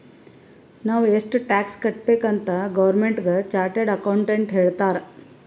ನಾವ್ ಎಷ್ಟ ಟ್ಯಾಕ್ಸ್ ಕಟ್ಬೇಕ್ ಅಂತ್ ಗೌರ್ಮೆಂಟ್ಗ ಚಾರ್ಟೆಡ್ ಅಕೌಂಟೆಂಟ್ ಹೇಳ್ತಾರ್